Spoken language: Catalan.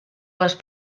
les